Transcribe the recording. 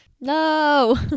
No